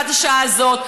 עד השעה הזאת.